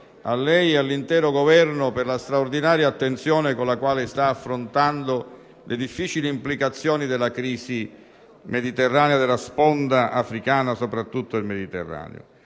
grato a lei e all'intero Governo per la straordinaria attenzione con la quale sta affrontando le difficili implicazioni della crisi mediterranea, soprattutto, della sponda africana del Mediterraneo.